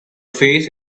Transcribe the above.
face